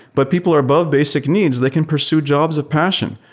but people are above basic needs. they can pursue jobs of passion.